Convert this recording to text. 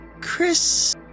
Chris